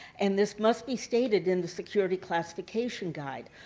and this must be stated in the security classification guide.